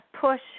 push